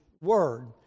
word